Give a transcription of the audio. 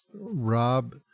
Rob